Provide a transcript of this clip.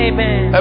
Amen